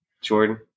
Jordan